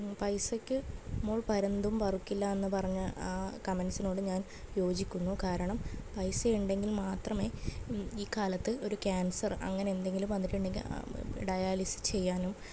പൈസക്ക് മോൾ പരുന്തും പറക്കില്ലാന്ന് പറഞ്ഞ ആ കമൻട്സിനോട് ഞാൻ യോജിക്കുന്നു കാരണം പൈസയുണ്ടെങ്കിൽ മാത്രമേ ഈ കാലത്ത് ഒരു ക്യാൻസർ അങ്ങനെന്തെങ്കിലും വന്നിട്ടുണ്ടെങ്കിൽ ഡയാലിസിസ് ചെയ്യാനും